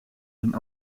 zijn